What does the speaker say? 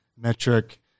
metric